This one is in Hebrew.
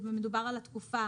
מדובר על התקופה